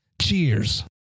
Cheers